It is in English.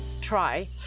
try